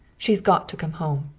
she's got to come home.